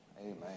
Amen